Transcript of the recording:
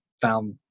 found